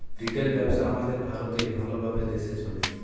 retail ব্যবসা আমাদের ভারতে ভাল ভাবে দ্যাশে চলে